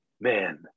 man